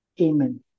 amen